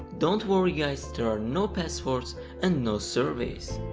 don't worry guys, there are no password and no surveys!